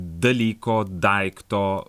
dalyko daikto